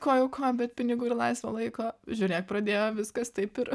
ko jau ko bet pinigų ir laisvo laiko žiūrėk pradėjo viskas taip ir